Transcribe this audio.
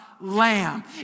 lamb